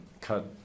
cut